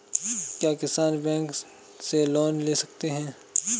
क्या किसान बैंक से लोन ले सकते हैं?